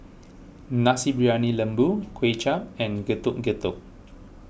Nasi Briyani Lembu Kuay Chap and Getuk Getuk